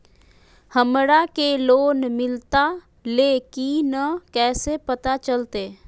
हमरा के लोन मिलता ले की न कैसे पता चलते?